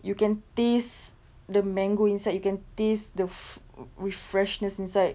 you can taste the mango inside you can taste the fr~ re~ freshness inside